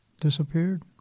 disappeared